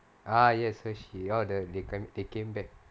ah yes Hershey oh the they came back